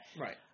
Right